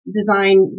design